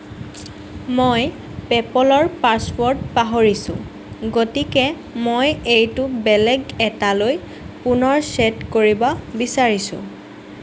মই পে'পলৰ পাছৱৰ্ড পাহৰিছোঁ গতিকে মই এইটো বেলেগ এটালৈ পুনৰ ছেট কৰিব বিচাৰিছোঁ